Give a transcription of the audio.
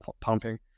pumping